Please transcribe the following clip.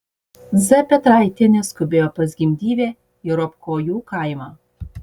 z petraitienė skubėjo pas gimdyvę į ropkojų kaimą